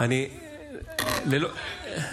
עם רולקס, עם שעון רולקס.